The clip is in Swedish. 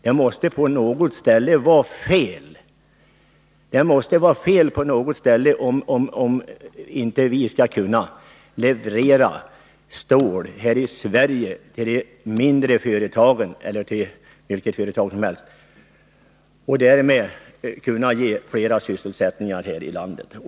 Det måste på något sätt vara fel om inte vi skall kunna leverera stål till de möjligheterna för svensk stålindustri mindre företagen, eller till vilket företag som helst, här i Sverige och därmed skapa flera sysselsättningstillfällen i landet.